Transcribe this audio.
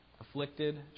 afflicted